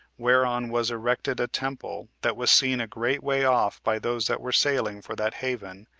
whereon was erected a temple, that was seen a great way off by those that were sailing for that haven,